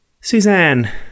Suzanne